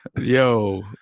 Yo